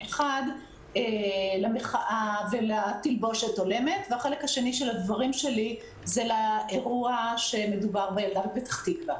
האחד למחאה ולתלבושת הולמת והשני לאירוע שאירע בפתח תקווה.